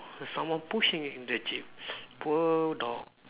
there's someone pushing it into the jeep poor dog